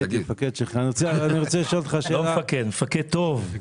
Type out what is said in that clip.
לא מפקד, מפקד טוב.